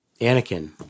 Anakin